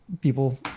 people